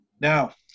Now